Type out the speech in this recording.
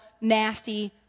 nasty